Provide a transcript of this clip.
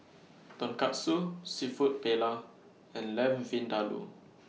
Tonkatsu Seafood Paella and Lamb Vindaloo